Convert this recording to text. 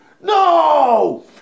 No